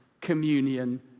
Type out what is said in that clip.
communion